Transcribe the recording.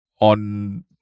on